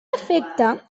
efecte